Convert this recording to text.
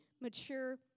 mature